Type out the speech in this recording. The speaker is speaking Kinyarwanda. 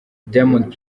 diamond